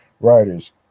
writers